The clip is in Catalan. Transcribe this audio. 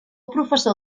professor